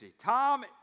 Tom